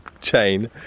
chain